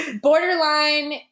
borderline